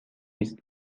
است